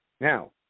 Now